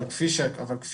אבל כפי שאמרתי,